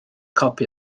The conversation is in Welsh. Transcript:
copi